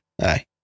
Aye